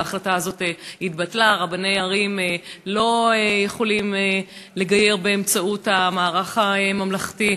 ההחלטה הזאת התבטלה: רבני ערים לא יכולים לגייר באמצעות המערך הממלכתי.